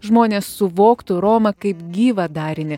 žmonės suvoktų romą kaip gyvą darinį